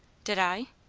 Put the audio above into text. did i?